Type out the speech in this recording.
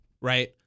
right